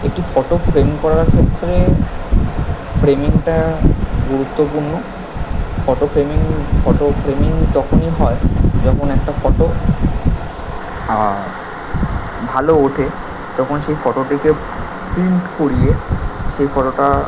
একটি photo frame করার ক্ষেত্রে ফ্রেমিংটা গুরুত্বপূর্ণ ফটো ফ্রেমিং ফটো ফ্রেমিং তখনই হয় যখন একটা ফটো ভালো ওঠে তখন সেই ফটোটিকে প্রিন্ট করিয়ে সেই ফটোটা